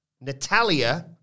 Natalia